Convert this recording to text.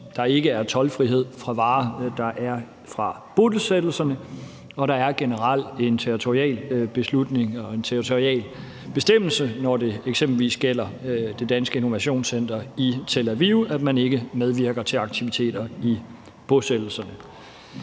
at der ikke er toldfrihed for varer, der er fra bosættelserne, og der er generelt en territorial beslutning og en territorial bestemmelse, når det eksempelvis gælder det danske innovationscenter i Tel Aviv, i forhold til at man ikke medvirker til aktiviteter i bosættelserne.